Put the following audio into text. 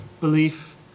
belief